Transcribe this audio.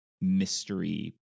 mystery